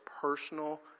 personal